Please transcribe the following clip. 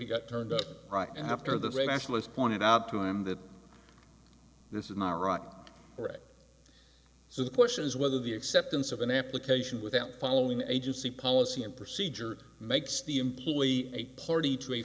he got turned up right after the rational is pointed out to him that this is not iraq right so the question is whether the acceptance of an application without following agency policy and procedure makes the employee a party t